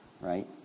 right